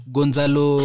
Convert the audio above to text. Gonzalo